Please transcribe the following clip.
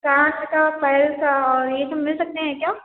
कान का पैर का और यह सब मिल सकते हैं क्या